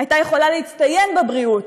הייתה יכולה להצטיין בבריאות,